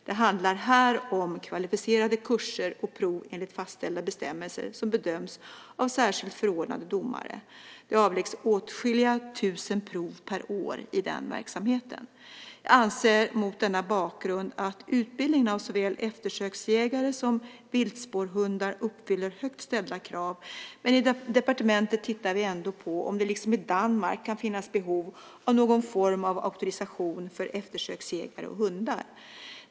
Det handlar här om kvalificerade kurser och prov enligt fastställda bestämmelser som bedöms av särskilt förordnande domare. Det avläggs åtskilliga tusen prov per år i den verksamheten. Jag anser mot denna bakgrund att utbildningen av såväl eftersöksjägare som viltspårhundar uppfyller högt ställda krav, men i departementet tittar vi ändå på om det liksom i Danmark kan finnas behov av någon form av auktorisation för eftersöksjägare och hundar.